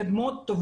מתקדמות,